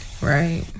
Right